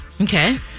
Okay